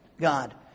God